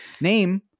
name